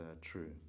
true